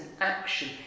action